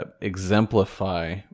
exemplify